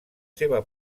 seva